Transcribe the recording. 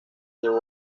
llevó